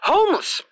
Homeless